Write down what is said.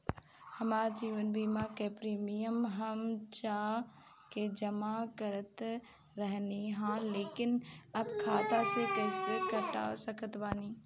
हमार जीवन बीमा के प्रीमीयम हम जा के जमा करत रहनी ह लेकिन अब खाता से कइसे कटवा सकत बानी?